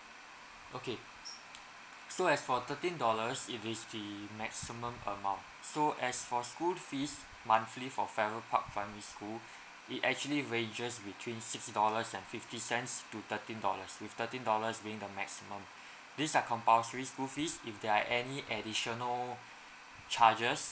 okay so as for thirteen dollars it is the maximum amount so as for school fees monthly for farrer park primary school it actually ranges between six dollars and fifty cents to thirteen dollars with thirteen dollars being the maximum these are compulsory school fees if there are any additional charges